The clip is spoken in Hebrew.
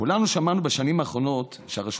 כולנו שמענו בשנים האחרונות שהרשות